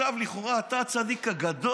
עכשיו אתה לכאורה הצדיק הגדול.